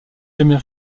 jamais